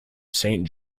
saint